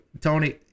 Tony